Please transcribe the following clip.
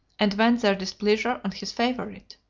and vent their displeasure on his favorite?